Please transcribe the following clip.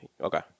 okay